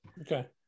Okay